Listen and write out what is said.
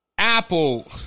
Apple